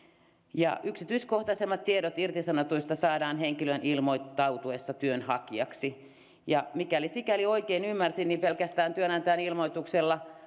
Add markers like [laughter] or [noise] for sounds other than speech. yksityiskohtaisemmat tiedot irtisanotuista saadaan henkilön ilmoittautuessa työnhakijaksi ja mikäli sikäli oikein ymmärsin niin pelkästään työnantajan ilmoituksella [unintelligible]